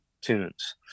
tunes